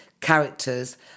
characters